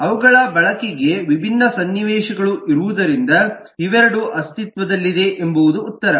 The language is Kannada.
ಅವುಗಳ ಬಳಕೆಗೆ ವಿಭಿನ್ನ ಸನ್ನಿವೇಶಗಳು ಇರುವುದರಿಂದ ಇವೆರಡೂ ಅಸ್ತಿತ್ವದಲ್ಲಿವೆ ಎಂಬುದು ಉತ್ತರ